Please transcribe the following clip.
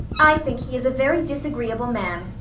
i think he is a very disagreeable man,